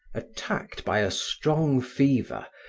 attacked by a strong fever,